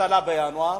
אבטלה בינואר,